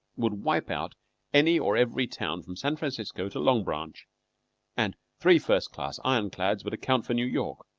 would wipe out any or every town from san francisco to long branch and three first-class ironclads would account for new york,